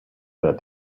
that